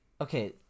okay